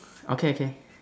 okay okay